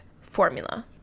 formula